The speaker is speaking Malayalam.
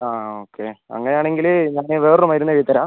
അതെ ഓക്കെ അങ്ങനാണെങ്കില് ഞാന് വേറൊരു മരുന്നെഴുതി തരാം